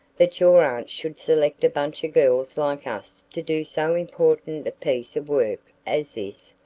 that your aunt should select a bunch of girls like us to do so important a piece of work as this?